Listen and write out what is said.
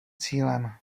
cílem